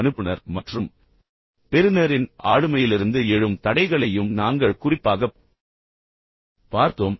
அனுப்புனர் மற்றும் பெருநரின் ஆளுமையிலிருந்து எழும் தடைகளையும் நாங்கள் குறிப்பாகப் பார்த்தோம்